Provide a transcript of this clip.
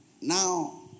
Now